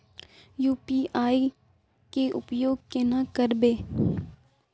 UPI के उपयोग केना करबे?